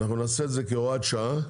אנחנו נעשה את זה כהוראת שעה,